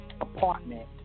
apartment